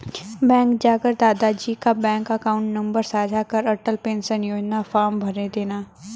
bank जाकर दादा जी का बैंक अकाउंट नंबर साझा कर अटल पेंशन योजना फॉर्म भरदेना